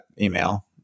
email